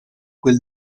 quel